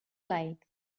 like